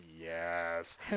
Yes